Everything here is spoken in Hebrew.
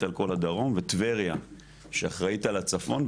על כל הדרום טבריה שאחראית על הצפון,